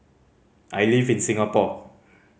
I live in Singapore